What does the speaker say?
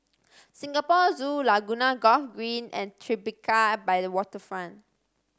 Singapore Zoo Laguna Golf Green and Tribeca by the Waterfront